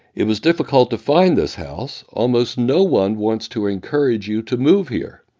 it was difficult to find this house. almost no one wants to encourage you to move here.